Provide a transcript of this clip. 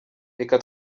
reka